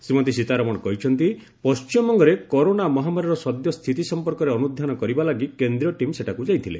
ଶ୍ରୀମତୀ ସୀତାରମଣ କହିଛନ୍ତି ପଶ୍ଚିମବଙ୍ଗରେ କରୋନା ମହାମାରୀର ସଦ୍ୟ ସ୍ଥିତି ସଂପର୍କରେ ଅନୁଧ୍ୟାନ କରିବା ଲାଗି କେନ୍ଦ୍ରୀୟ ଟିମ୍ ସେଠାକୁ ଯାଇଥିଲେ